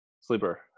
Sleeper